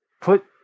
put